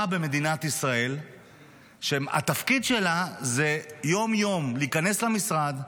במדינת ישראל שהתפקיד שלה זה יום-יום להיכנס למשרד,